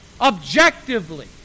objectively